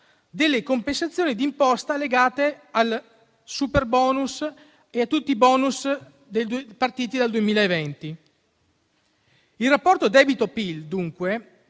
delle compensazioni d'imposta legate al superbonus e a tutti i *bonus* partiti dal 2020. Il rapporto debito-PIL, dunque,